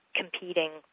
competing